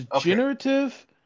generative